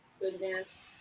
goodness